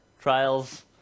trials